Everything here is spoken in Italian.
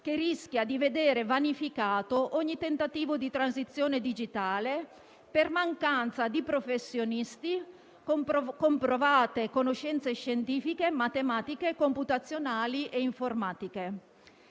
che rischia di veder vanificato ogni tentativo di transizione digitale per mancanza di professionisti con comprovate conoscenze scientifiche, matematiche, computazionali e informatiche.